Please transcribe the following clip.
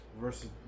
versus